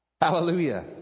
Hallelujah